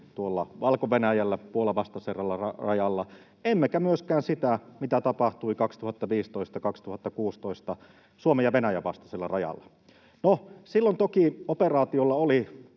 tuolla Valko-Venäjällä Puolan vastaisella rajalla, emmekä myöskään sitä, mitä tapahtui 2015—2016 Suomen ja Venäjän vastaisella rajalla. No, silloin toki operaatiolla oli